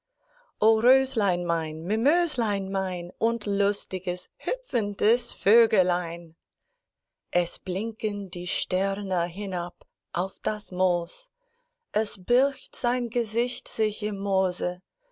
röslein mein mimöslein mein und lustiges hüpfendes vögelein es blinken die sterne hinab auf das moos es birgt ein gesicht sich im moose